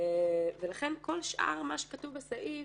ולכן כל שאר מה שכתוב בסעיף,